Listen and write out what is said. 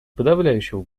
подавляющего